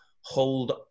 hold